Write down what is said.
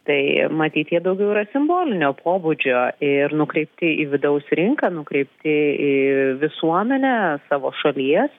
tai matyt jie daugiau yra simbolinio pobūdžio ir nukreipti į vidaus rinką nukreipti į visuomenę savo šalies